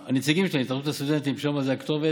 הנציגים שלהם הם התאחדות הסטודנטים, שם זו הכתובת,